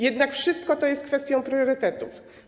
Jednak wszystko to jest kwestią priorytetów.